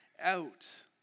out